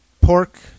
Pork